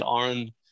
Aaron